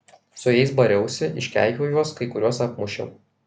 su jais bariausi iškeikiau juos kai kuriuos apmušiau